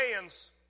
hands